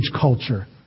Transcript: culture